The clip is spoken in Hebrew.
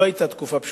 לא היתה תקופה פשוטה.